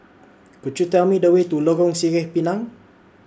Could YOU Tell Me The Way to Lorong Sireh Pinang